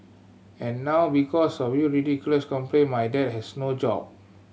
and now because of you ridiculous complaint my dad has no job